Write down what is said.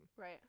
Right